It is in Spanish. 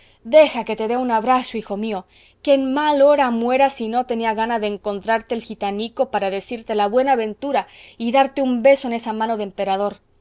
deja que te dé un abrazo hijo mío que en mal hora muera si no tenía gana de encontrarte el gitanico para decirte la buenaventura y darte un beso en esa mano de emperador